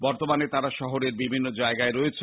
বর্তমানে তারা শহরের বিভিন্ন জায়গায় রয়েছেন